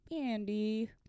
andy